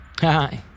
Hi